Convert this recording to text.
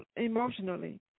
emotionally